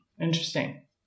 interesting